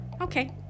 Okay